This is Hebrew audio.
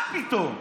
מה פתאום.